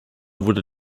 wurde